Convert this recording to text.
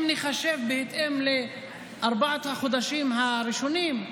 אם נחשב בהתאם לארבעת החודשים הראשונים,